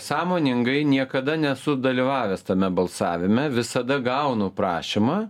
sąmoningai niekada nesu dalyvavęs tame balsavime visada gaunu prašymą